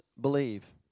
believe